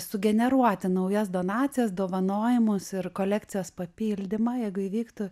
sugeneruoti naujas donacijas dovanojimus ir kolekcijos papildymą jeigu įvyktų